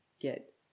get